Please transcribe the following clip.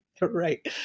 Right